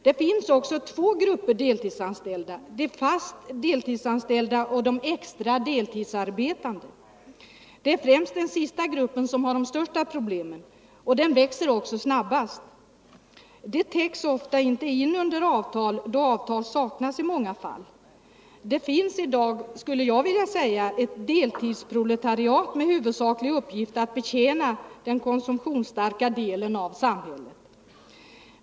Det finns två grupper deltidsanställda: de fast deltidsanställda och de extra deltidsarbetande. Det är den sista gruppen som har de största problemen, och den växer också snabbast. Deras arbetsvillkor täcks ofta inte av avtal, då avtal i många fall saknas. Jag skulle vilja säga att det i dag finns ett deltidsproletariat med huvudsaklig uppgift att betjäna den konsumtionsstarka delen av samhället.